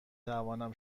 توانم